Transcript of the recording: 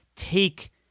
take